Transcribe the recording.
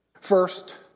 First